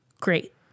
great